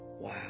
Wow